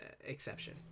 exception